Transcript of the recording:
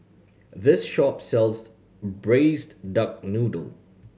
this shop sells Braised Duck Noodle